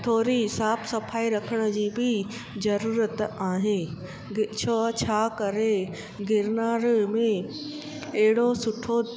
थोरी साफ़ु सफ़ाई रखण जी बि ज़रूरत आहे छो छा करे गिरनार में अहिड़ो सुठो